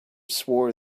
swore